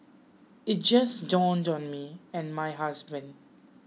it just dawned on me and my husband